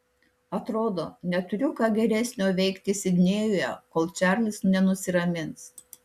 atrodo neturiu ką geresnio veikti sidnėjuje kol čarlis nenusiramins